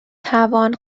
توان